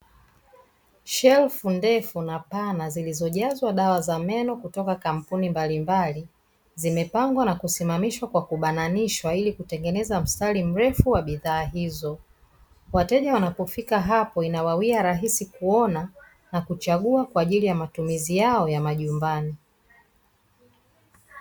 Shelfu ndefu na pana zilizojazwa dawa za meno kutoka kampuni mbalimbali zimepangwa na kubananishwa ili kutengeneza mstari mrefu wa bidhaa hizo, wateja wanapofika hapo inawawia radhi kuona na kuchagua kwa ajili ya matumizi yao ya majumbani.